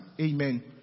Amen